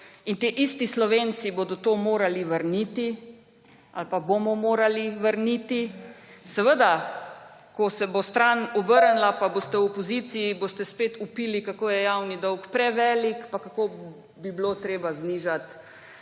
Ti isti Slovenci bodo ali pa bomo to morali vrniti. Seveda, ko se bo stran obrnila in boste v opoziciji, boste spet vpili, kako je javni dolg prevelik in kako bi bilo treba znižati